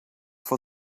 for